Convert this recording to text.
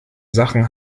sachen